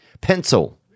pencil